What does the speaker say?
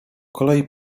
kolei